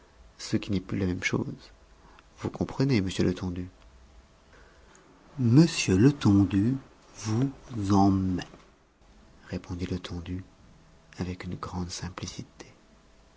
ce qui n'est plus la même chose vous comprenez monsieur letondu monsieur letondu vous emm répondit letondu avec une grande simplicité